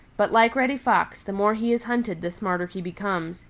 but like reddy fox the more he is hunted the smarter he becomes,